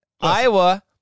Iowa